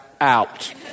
out